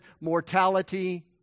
mortality